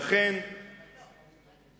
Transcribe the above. הליכוד התנגד למלחמות האלה?